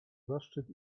zaszczyt